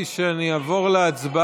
אני אמרתי שאני אעבור להצבעה.